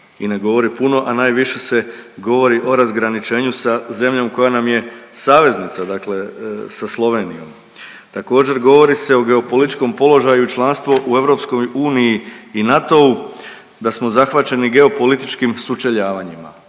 i ne govori puno, a najviše se govori o razgraničenju sa zemljom koja nam je saveznica, dakle sa Slovenijom. Također govori se o geopolitičkom položaju i članstvu u EU i NATO-u da smo zahvaćeni geopolitičkim sučeljavanjima.